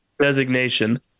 designation